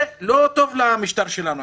זה לא טוב למשטר שלנו.